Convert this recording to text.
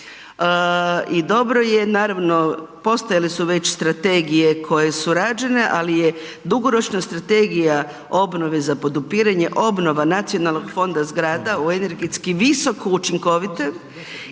i dobro je naravno postojale su već strategije koje su rađene ali je dugoročna strategija obnove za podupiranje obnova nacionalnog fonda zgrada u energetski visoko učinkovite